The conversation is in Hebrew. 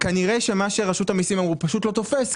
כנראה מה שרשות המסים אמרו פשוט לא תופס,